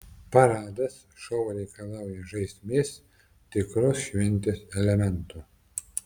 paradas šou reikalauja žaismės tikros šventės elementų